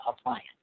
appliance